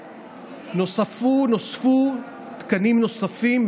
נוספו תקנים נוספים,